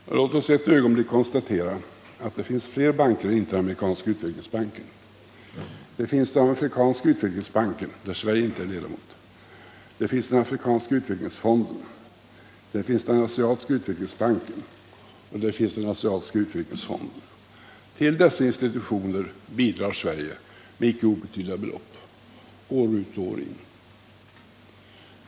Låt oss ett ögonblick konstatera att det finns fler banker än Interamerikanska utvecklingsbanken. Det finns Afrikanska utvecklingsbanken, i vilken Sverige inte är ledamot. Det finns Afrikanska utvecklingsfonden, Asiatiska utvecklingsbanken och Asiatiska utvecklingsfonden. Till dessa institutioner bidrar Sverige med icke obetydliga belopp, år ut och år in.